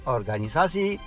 Organisasi